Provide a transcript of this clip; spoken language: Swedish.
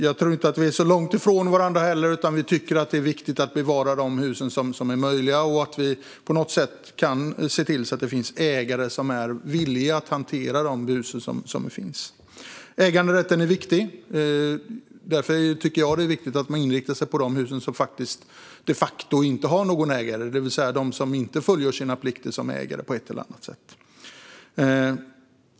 Jag tror inte att vi står så långt ifrån varandra, utan vi tycker att det är viktigt att bevara de hus som är möjliga att bevara och på något sätt se till att det finns ägare som är villiga att hantera husen. Äganderätten är viktig. Därför tycker jag att det är viktigt att inrikta sig på de hus som de facto inte har någon ägare, det vill säga någon som inte fullgör sina plikter som ägare.